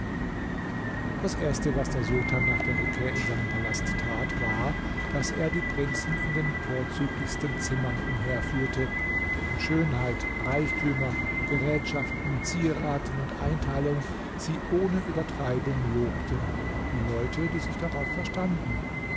das erste was der sultan nach der rückkehr in seinen palast tat war daß er die prinzen in den vorzüglichsten zimmern umherführte deren schönheit reichtümer gerätschaften zierraten und einteilung sie ohne übertreibung lobten wie leute die sich darauf verstanden